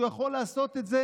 הוא יכול לעשות את זה